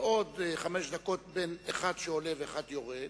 ועוד חמש דקות בין אחד שעולה ואחד שיורד,